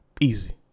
Easy